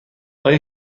آیا